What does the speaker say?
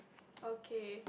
okay